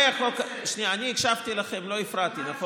אני הקשבתי לכם, לא הפרעתי, נכון?